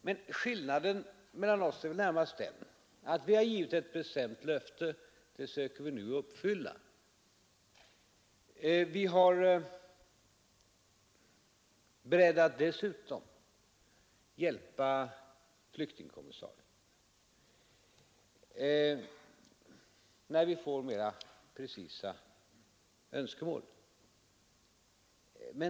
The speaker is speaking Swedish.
Men skillnaden mellan oss är väl närmast den att vi i regeringen har givit ett bestämt löfte, som vi nu försöker uppfylla. Vi är dessutom beredda att hjälpa flyktingkommissarien när vi får mera precisa önskemål.